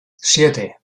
siete